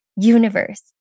universe